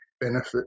benefit